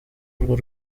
urwo